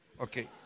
Okay